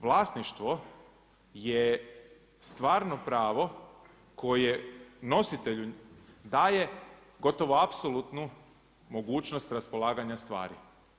Vlasništvo je stvarno pravo koje nositelju daje gotovo apsolutnu mogućnost raspolaganja stvari.